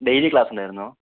daily class ഉണ്ടായിരുന്നൊ